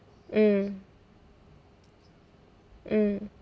mm mm